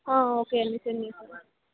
okay అండి send me for